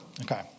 Okay